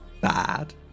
bad